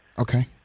Okay